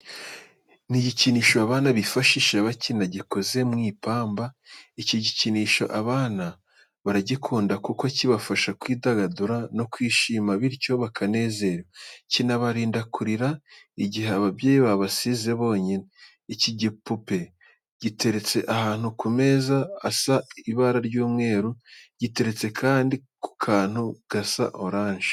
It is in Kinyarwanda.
Ni igikinisho abana bifashisha bakina gikoze mu ipamba, iki gikinisho abana baragikunda kuko kibafasha kwidagadura no kwishima, bityo bakanezerwa. Kinabarinda kurira igihe ababyeyi babasize bonyine. Iki gipupe giteretse ahantu ku meza asa ibara ry'umweru, giteretse mu kandi kantu gasa oranje.